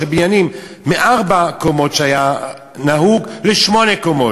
בניינים בירושלים מארבע קומות שהיה נהוג לשמונה קומות.